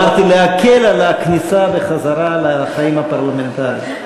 אמרתי להקל על הכניסה והחזרה לחיים הפרלמנטריים.